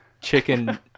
chicken